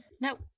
No